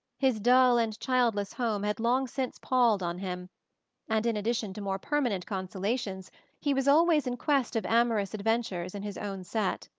his dull and childless home had long since palled on him and in addition to more permanent consolations he was always in quest of amorous adventures in his own set.